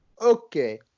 Okay